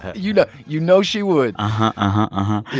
ah you know you know she would uh-huh,